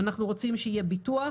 אנחנו רוצים שיהיה ביטוח,